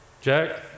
Jack